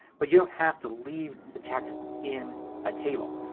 but you don't have to leave the text in a table.